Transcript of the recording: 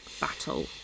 battle